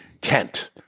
tent